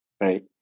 Right